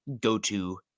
go-to